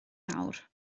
nawr